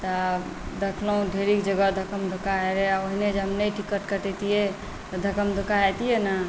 तऽ देखलहुँ ढेरिक जगह धक्कमधुक्का होइत रहै आओर ओहिमे जे हम नहि टिकट कटेतिए तऽ धक्कमधुक्का हेतिए ने